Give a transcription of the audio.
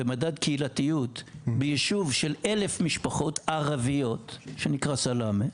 במדד קהילתיות ביישוב של 1,000 משפחות ערביות שנקרא סלמה,